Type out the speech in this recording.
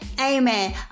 Amen